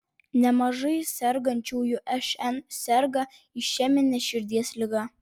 nemažai sergančiųjų šn serga išemine širdies liga